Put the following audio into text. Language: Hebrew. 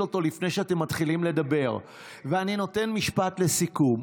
אותו לפני שאתם מתחילים לדבר ואני נותן משפט לסיכום,